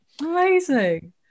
amazing